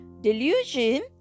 delusion